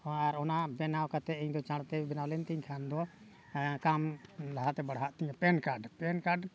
ᱦᱚᱸ ᱟᱨ ᱚᱱᱟ ᱵᱮᱱᱟᱣ ᱠᱟᱛᱮᱫ ᱤᱧᱫᱚ ᱪᱟᱬᱛᱮ ᱵᱮᱱᱟᱣ ᱞᱮᱱ ᱛᱤᱧ ᱠᱷᱟᱱ ᱫᱚ ᱠᱟᱢ ᱞᱟᱦᱟᱛᱮ ᱵᱟᱲᱦᱟᱜ ᱛᱤᱧᱟᱹ ᱯᱮᱱ ᱠᱟᱨᱰ ᱯᱮᱱ ᱠᱟᱨᱰ